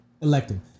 elected